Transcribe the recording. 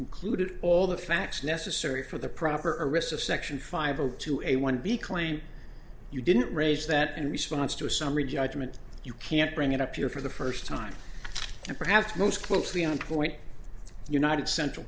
included all the facts necessary for the proper risk of section five of two a one b claim you didn't raise that in response to a summary judgment you can't bring it up here for the first time and perhaps most closely on point united central